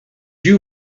you